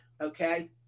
Okay